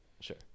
Sure